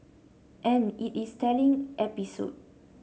and it is a telling episode